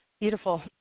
Beautiful